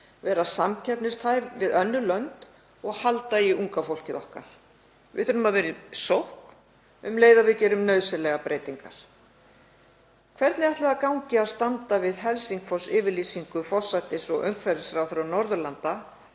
vera samkeppnishæf við önnur lönd og halda í unga fólkið okkar. Við þurfum að vera í sókn um leið og við gerum nauðsynlegar breytingar. Hvernig ætli það gangi að standa við Helsingfors-yfirlýsingu forsætis- og umhverfisráðherra Norðurlanda